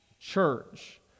church